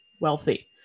wealthy